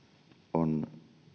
on